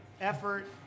effort